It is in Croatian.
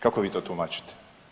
Kako vi to tumačite?